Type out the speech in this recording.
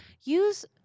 use –